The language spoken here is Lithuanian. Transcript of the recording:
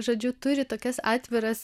žodžiu turi tokias atviras